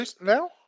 now